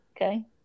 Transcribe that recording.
Okay